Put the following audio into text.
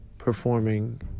Performing